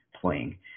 playing